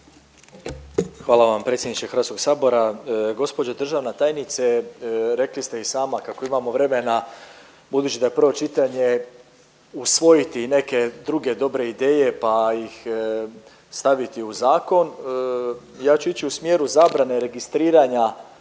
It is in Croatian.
Hvala vam predsjedniče Hrvatskog sabora. Gospođo državna tajnice rekli ste i sama kako imamo vremena budući da je prvo čitanje usvojiti i neke druge dobre ideje, pa ih staviti u zakon ja ću ići u smjeru zabrane registriranja